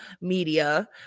media